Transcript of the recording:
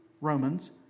Romans